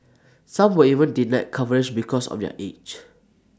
some were even denied coverage because of their age